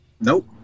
Nope